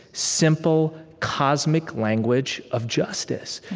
simple, cosmic language of justice,